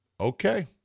Okay